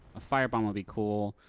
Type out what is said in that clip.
a fire bomb would be cool.